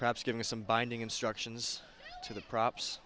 perhaps give me some binding instructions to the props